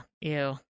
Ew